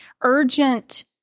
urgent